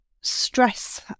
stress